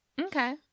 Okay